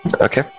Okay